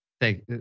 thank